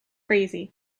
crazy